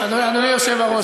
אדוני היושב-ראש,